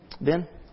Ben